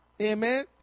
Amen